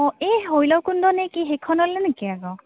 অ এই শৈলকুণ্ডনে কি সেইখনলৈ নেকি আকৌ